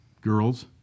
Girls